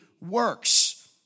works